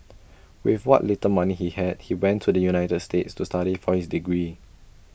with what little money he had he went to the united states to study for his degree